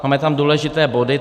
Máme tam důležité body.